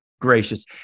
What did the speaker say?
gracious